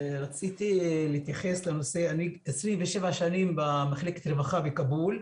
אני עובד 27 שנים במחלקת רווחה בכאבול.